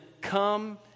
come